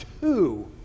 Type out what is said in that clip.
two